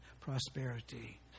prosperity